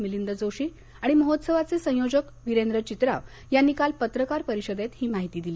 मिलिंद जोशी आणि महोत्सवाचे संयोजक वीरेंद्र चित्राव यांनी काल पत्रकार परिषदेत ही माहिती दिली